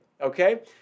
Okay